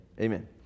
amen